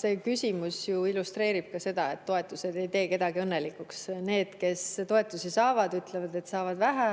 See küsimus illustreerib seda, et toetused ei tee kedagi õnnelikuks. Need, kes toetusi saavad, ütlevad, et saavad vähe,